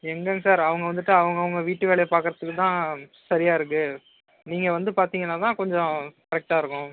எங்கே சார் அவங்க வந்துவிட்டு அவங்கவுங்க வீட்டு வேலையை பார்க்கறதுக்கு தான் சரியாக இருக்கு நீங்கள் வந்து பார்த்தீங்கன்னா தான் கொஞ்சம் கரெக்டாக இருக்கும்